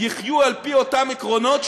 יחיו על-פי אותם עקרונות,